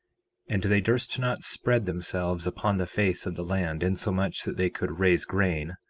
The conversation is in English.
and they durst not spread themselves upon the face of the land insomuch that they could raise grain,